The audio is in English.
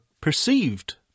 perceived